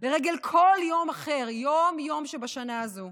לרגל כל יום אחר, יום-יום בשנה הזו: